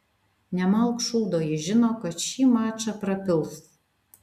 nemalk šūdo jis žino kad šį mačą prapils